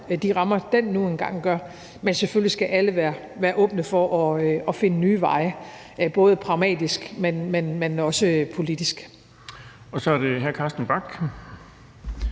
de rammer, den nu engang gør. Men selvfølgelig skal alle være åbne for at finde nye veje, både pragmatisk, men også politisk. Kl. 09:17 Den fg. formand